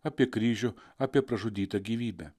apie kryžių apie pražudytą gyvybę